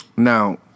Now